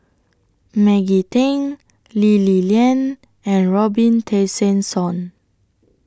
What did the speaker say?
Maggie Teng Lee Li Lian and Robin Tessensohn